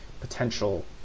potential